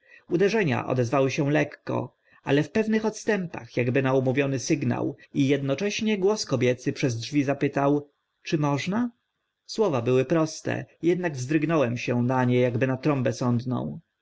uderzenia odzywały się lekko ale w pewnych odstępach akby na umówiony sygnał i ednocześnie głos kobiecy przeze drzwi zapytał czy można słowa były proste ednak wzdrygnąłem się na nie akby na trąbę